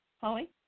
Holly